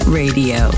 radio